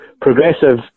progressive